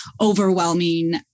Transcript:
overwhelming